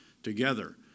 together